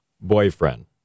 boyfriend